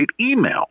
email